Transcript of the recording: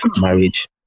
marriage